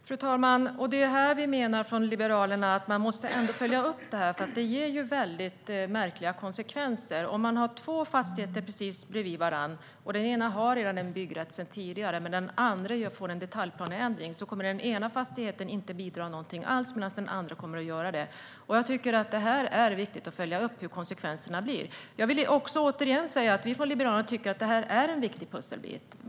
Fru talman! Det är här vi liberaler menar att frågan måste följas upp. Det blir märkliga konsekvenser. Med två fastigheter precis bredvid varandra, och på den ena finns en byggrätt sedan tidigare, den andra får en detaljplaneändring, kommer den ena fastigheten inte att bidra något alls medan den andra gör det. Det är viktigt att följa upp hur konsekvenserna blir. Vi liberaler tycker att detta är en viktig pusselbit.